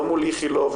לא מול איכילוב,